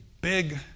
big